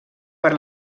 per